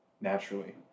naturally